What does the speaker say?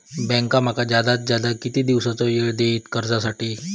Bank माका जादात जादा किती दिवसाचो येळ देयीत कर्जासाठी?